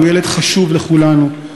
הוא ילד חשוב לכולנו.